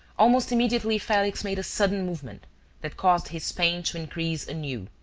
almost immediately felix made a sudden movement that caused his pain to increase anew,